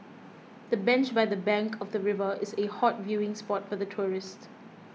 the bench by the bank of the river is a hot viewing spot for tourists